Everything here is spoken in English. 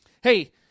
Hey